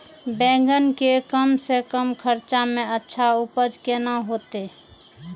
बेंगन के कम से कम खर्चा में अच्छा उपज केना होते?